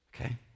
okay